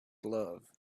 love